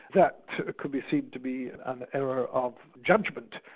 that could be seen to be an error of judgment.